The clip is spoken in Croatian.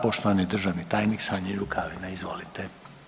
Poštovani državni tajnik Sanjin Rukavina, izvolite.